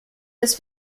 dass